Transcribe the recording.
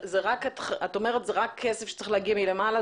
את אומרת, זה רק כסף שצריך להגיע מלמעלה.